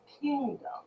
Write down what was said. kingdom